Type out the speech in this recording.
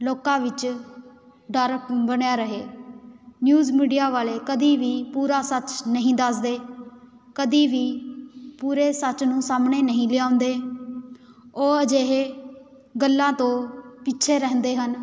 ਲੋਕਾਂ ਵਿੱਚ ਡਰ ਬਣਿਆ ਰਹੇ ਨਿਊਜ਼ ਮੀਡੀਆ ਵਾਲੇ ਕਦੀ ਵੀ ਪੂਰਾ ਸੱਚ ਨਹੀਂ ਦੱਸਦੇ ਕਦੀ ਵੀ ਪੂਰੇ ਸੱਚ ਨੂੰ ਸਾਹਮਣੇ ਨਹੀਂ ਲਿਆਉਂਦੇ ਉਹ ਅਜਿਹੇ ਗੱਲਾਂ ਤੋਂ ਪਿੱਛੇ ਰਹਿੰਦੇ ਹਨ